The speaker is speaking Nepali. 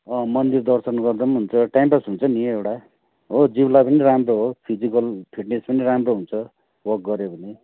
अँ मन्दिर दर्शन गर्दा पनि हुन्छ टाइम पास हुन्छ नि एउटा हो जिउलाई पनि राम्रो हो फिजिकल फिटनेस पनि राम्रो हुन्छ वक गर्यो भने